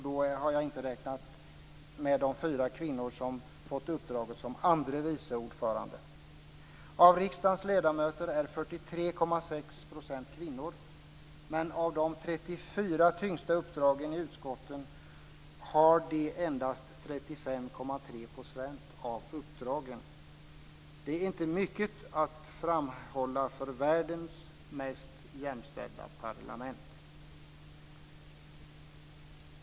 Då har jag inte räknat med de fyra kvinnor som fått uppdraget som andre vice ordförande. Av riksdagens ledamöter är 43,6 % kvinnor, men de har endast 35,3 % av de 34 tyngsta uppdragen i utskotten. Det är inte mycket att framhålla för "världens mest jämställda parlament".